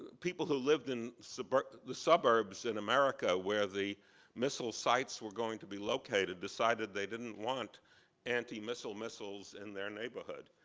people who lived in the suburbs in america, where the missile sites were going to be located, decided they didn't want anti-missile missiles in their neighborhood.